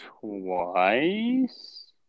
twice